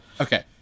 Okay